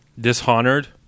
Dishonored